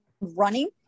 running